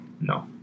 no